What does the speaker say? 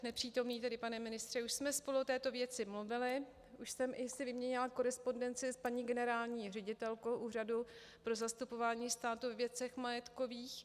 Nepřítomný pane ministře, už jsme spolu o této věci mluvili, už jsem si vyměnila korespondenci s paní generální ředitelkou Úřadu pro zastupování státu ve věcech majetkových.